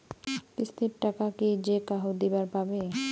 কিস্তির টাকা কি যেকাহো দিবার পাবে?